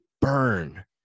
burn